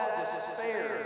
despair